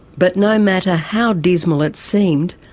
but no matter how dismal it seemed,